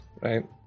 right